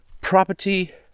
property